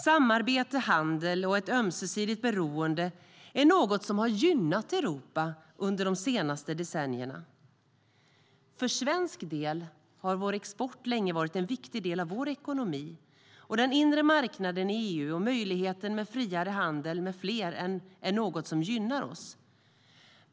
Samarbete, handel och ett ömsesidigt beroende har gynnat Europa under de senaste decennierna. För svensk del har export länge varit en viktig del av vår ekonomi. Den inre marknaden i EU och möjligheten till friare handel med fler är något som gynnar oss.